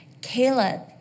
Caleb